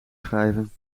schrijven